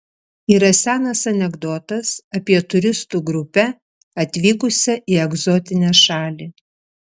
yra senas anekdotas apie turistų grupę atvykusią į egzotinę šalį